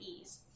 ease